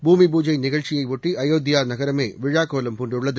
பூமி பூஜை நிகழ்ச்சியையொட்டி அயோத்தியா நகரமே விழாக்கோலம் பூண்டுள்ளது